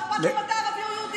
מה אכפת לי אם אתה ערבי או יהודי?